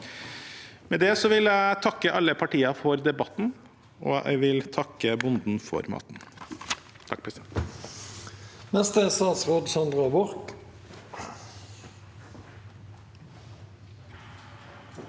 Med det vil jeg takke alle partiene for debatten, og jeg vil takke bonden for maten.